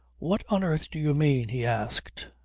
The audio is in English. what on earth do you mean? he asked.